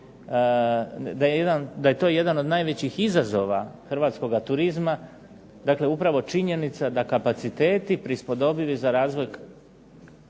da je to jedan od najvećih izazova hrvatskoga turizma, dakle upravo činjenica da kapaciteti prispodobivi za razvoj